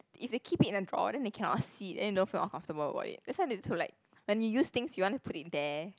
if they keep it in a drawer then they cannot see it then they feel uncomfortable about it that's why they need to like when you use things you want to put it there